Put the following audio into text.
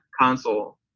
console